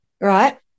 Right